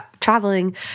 traveling